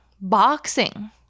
boxing